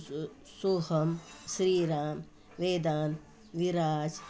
Soham Shriram Vedant Viraj